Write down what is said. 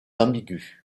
ambigu